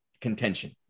contention